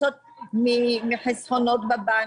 הכנסות מחסכונות בבנק,